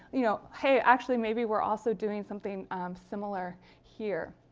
you know hey, actually, maybe we're also doing something similar here.